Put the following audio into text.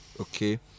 okay